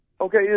Okay